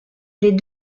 les